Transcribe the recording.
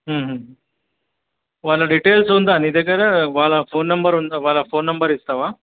వాళ్ళ డిటెయిల్స్ ఉందా నీ దగ్గరా వాళ్ళ ఫోన్ నంబర్ ఉందా వాళ్ళ ఫోన్ నంబర్ ఇస్తావా